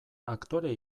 aktore